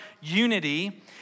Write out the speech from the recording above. unity